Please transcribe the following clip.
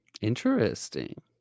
Interesting